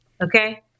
Okay